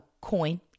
coin